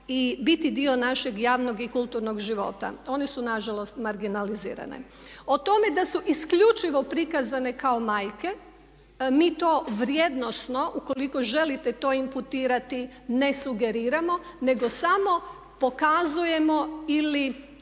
i biti dio našeg javnog i kulturnog života. One su na žalost marginalizirane. O tome da su isključivo prikazane kao majke mi to vrijednosno ukoliko želite to imputirati ne sugeriramo, nego samo pokazujemo ili